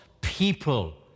people